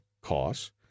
costs